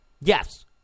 Yes